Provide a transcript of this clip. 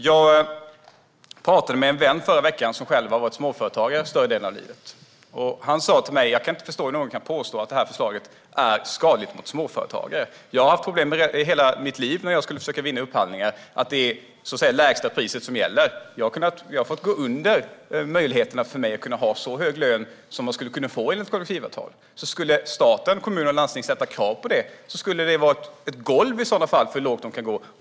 Jag talade förra veckan med en vän som själv har varit småföretagare större delen av livet. Han sa till mig: Jag kan inte förstå hur någon kan påstå att det här förslaget är skadligt för småföretagare. Jag har haft problem hela mitt liv när jag har försökt vinna upphandlingar med att det är det lägsta priset som gäller. Jag har fått lägga mig under och därmed inte kunnat ha en så hög lön som jag skulle ha kunnat få enligt kollektivavtalet, så om stat, kommuner och landsting skulle ställa krav skulle det i så fall vara på ett golv för hur lågt man kan gå.